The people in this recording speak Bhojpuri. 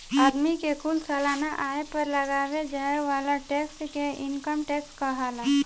आदमी के कुल सालाना आय पर लगावे जाए वाला टैक्स के इनकम टैक्स कहाला